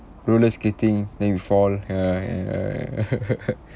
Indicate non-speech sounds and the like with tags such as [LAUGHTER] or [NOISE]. roller skating then you fall ya ya ya ya ya [LAUGHS]